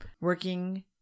working